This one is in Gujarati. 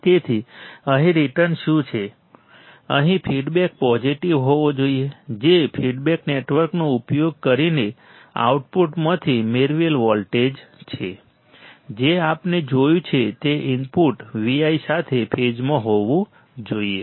તેથી અહીં રિટર્ન શું છે પરંતુ ફીડબેક પોઝીટીવ હોવો જોઈએ જે ફીડબેક નેટવર્કનો ઉપયોગ કરીને આઉટપુટમાંથી મેળવેલ વોલ્ટેજ છે જે આપણે જોયું છે તે ઇનપુટ Vi સાથે ફેઝમાં હોવું જોઈએ